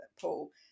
Paul